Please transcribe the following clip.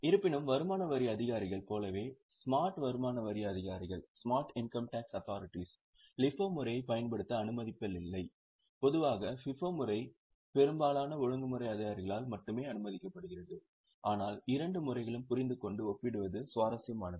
இருப்பினும் வருமான வரி அதிகாரிகள் போலவே ஸ்மார்ட் வருமான வரி அதிகாரிகள் LIFO முறையைப் பயன்படுத்த அனுமதிப்பதில்லை பொதுவாக FIFO முறை பெரும்பாலான ஒழுங்குமுறை அதிகாரிகளால் மட்டுமே அனுமதிக்கப்படுகிறது ஆனால் இரண்டு முறைகளையும் புரிந்துகொண்டு ஒப்பிடுவது சுவாரஸ்யமானது